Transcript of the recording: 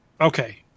okay